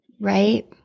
right